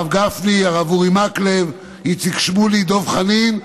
אם יושב-ראש ועדת הרווחה הבין את העניין,